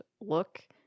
look